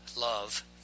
love